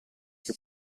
che